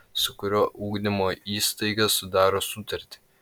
su kuriuo ugdymo įstaiga sudaro sutartį